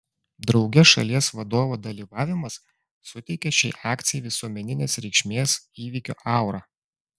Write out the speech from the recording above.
drauge šalies vadovo dalyvavimas suteikia šiai akcijai visuomeninės reikšmės įvykio aurą